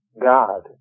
God